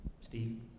Steve